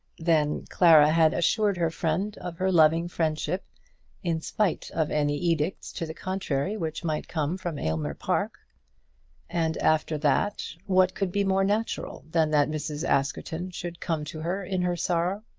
then clara had assured her friend of her loving friendship in spite of any edicts to the contrary which might come from aylmer park and after that what could be more natural than that mrs. askerton should come to her in her sorrow.